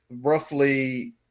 roughly